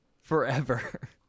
forever